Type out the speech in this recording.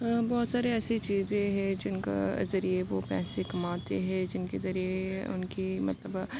بہت سارے ایسی چیزیں ہے جن کے ذریعے وہ پیسے کماتے ہے جن کے ذریعے ان کی مطلب